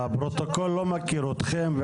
הפרוטוקול לא מכיר אתכם,